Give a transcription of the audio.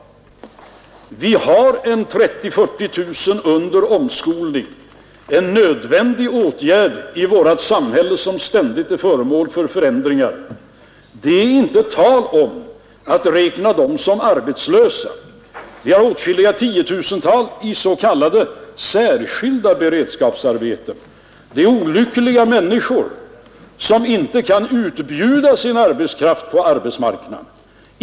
Vi har 30 000—40 000 under omskolning — en nödvändig åtgärd i vårt samhälle som ständigt är föremål för förändringar. Det är inte tal om att räkna dem som arbetslösa. Vi har åtskilliga tiotusental i s.k. särskilda beredskapsarbeten. Det är olyckliga människor som inte kan utbjuda sin arbetskraft på arbetsmarknaden.